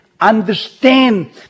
understand